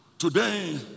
Today